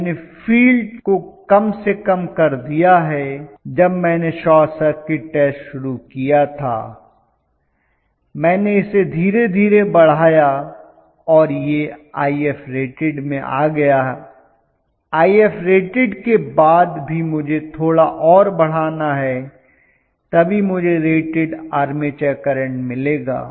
मैंने फील्ड को कम से कम कर दिया है जब मैंने शॉर्ट सर्किट टेस्ट शुरू किया था मैंने इसे धीरे धीरे बढ़ाया और यह Ifrated में आ गया Ifrated के बाद भी मुझे थोड़ा और बढ़ाना है तभी मुझे रेटेड आर्मेचर करंट मिलेगा